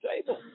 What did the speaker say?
table